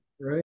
right